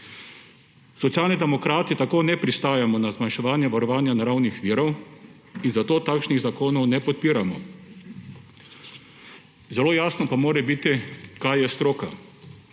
Socialni demokrati tako ne pristajamo na zmanjševanje varovanja naravnih virov in zato takšnih zakonov ne podpiramo. Zelo jasno pa mora biti, kaj je stroka.